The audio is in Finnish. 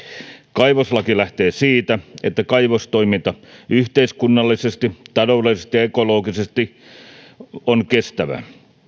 kaivoslaki lähtee siitä että kaivostoiminta yhteiskunnallisesti taloudellisesti ja ekologisesti on kestävää